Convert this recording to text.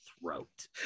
throat